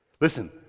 listen